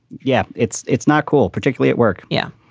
yeah. it's it's not cool. particularly at work. yeah,